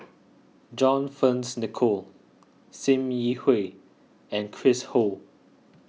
John Fearns Nicoll Sim Yi Hui and Chris Ho